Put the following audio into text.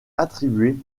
attribué